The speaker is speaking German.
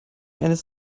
eines